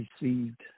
received